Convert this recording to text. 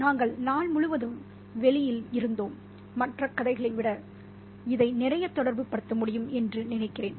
நாங்கள் நாள் முழுவதும் வெளியில் இருந்தோம் மற்ற கதைகளை விட இதை நிறைய தொடர்புபடுத்த முடியும் என்று நினைக்கிறேன்